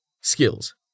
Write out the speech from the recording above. Skills